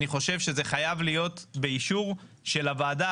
אני חושב שזה חייב להיות באישור של הוועדה.